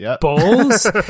balls